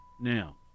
Now